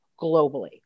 globally